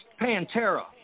Pantera